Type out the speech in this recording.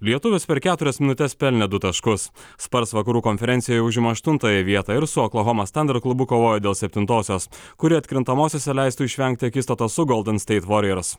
lietuvis per keturias minutes pelnė du taškus spars vakarų konferencijoje užima aštuntąją vietą ir su oklahomos tander klubu kovoja dėl septintosios kuri atkrintamosiose leistų išvengti akistatos su golden steit voriors